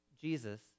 Jesus